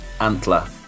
Antler